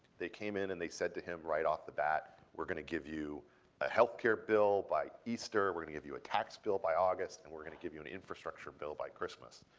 they came in and they said to him right off the bat, we're going to give you a health care bill by easter, we're going to give you a tax bill by august, and we're going to give you an infrastructure bill by christmas.